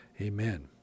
amen